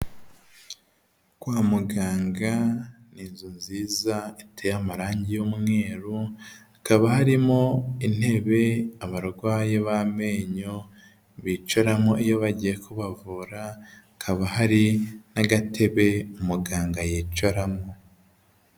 Kwa muganga ni inzu nziza iteye amarangi y'umweru hakaba harimo intebe abarwayi b'amenyo bicaramo iyo bagiye kubavura, hakaba hari n'agatebe muganga yicaramo.